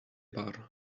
bar